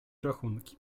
rachunki